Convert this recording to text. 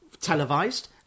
Televised